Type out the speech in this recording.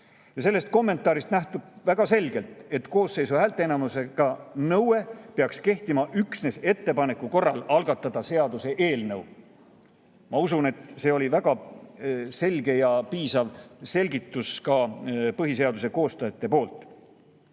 Sellest kommentaarist nähtub väga selgelt, et koosseisu häälteenamuse nõue peaks kehtima üksnes ettepaneku korral algatada seaduseelnõu – ma usun, et see oli väga selge ja piisav selgitus ka põhiseaduse koostajate poolt